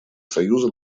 союза